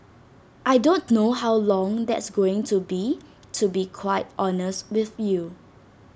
I don't know how long that's going to be to be quite honest with you